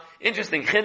Interesting